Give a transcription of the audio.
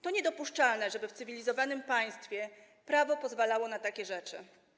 To niedopuszczalne, żeby w cywilizowanym państwie prawo pozwalało na takie rzeczy.